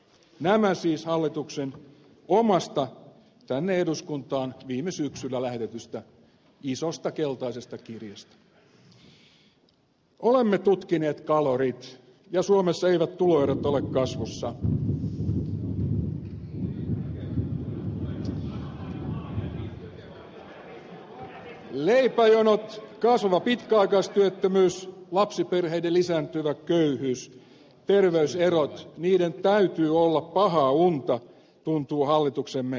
nämä siis hallituksen omasta tänne eduskuntaan viime syksynä lähetetystä isosta keltaisesta kirjasta olemme tutkineet kalorit ja suomessa eivät tuloerot ole kasvussa leipäjonot kasvava pitkäaikaistyöttömyys lapsiperheiden lisääntyvä köyhyys terveyserot niiden täytyy olla pahaa unta tuntuu hallituksemme ajattelevan